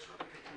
יש את התיקונים?